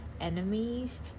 enemies